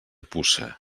puça